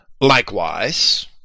likewise